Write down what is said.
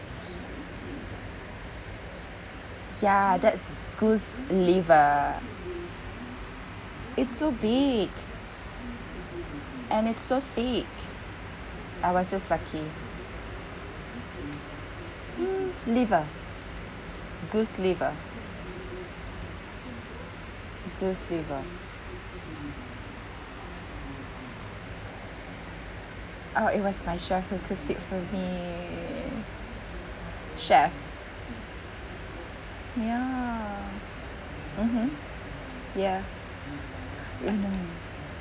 ya that's goose liver it's so big and it's so sick I was just lucky mm liver goose liver goose liver oh it was my chef who cooked it for me chef ya mmhmm ya mm